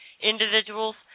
individuals